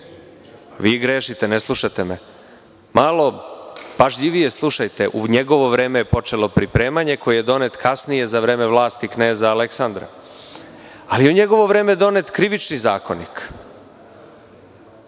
grešite, ne slušate me. Malo pažljivije slušajte. U njegovo vreme je počelo pripremanje, koji je donet kasnije, za vreme vlasti kneza Aleksandra. Ali, u njegovo vreme je donet Krivični zakonik. Dakle,